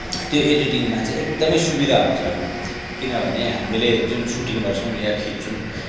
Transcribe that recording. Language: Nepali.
त्यो एडिटिङमा चाहिँ एकदमै सुविधा हुन्छ किनभने हामीले जुन सुटिङ गर्छौँ या खिँच्छौँ